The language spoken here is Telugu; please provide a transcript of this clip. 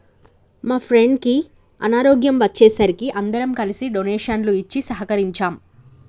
మా ఫ్రెండుకి అనారోగ్యం వచ్చే సరికి అందరం కలిసి డొనేషన్లు ఇచ్చి సహకరించాం